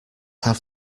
have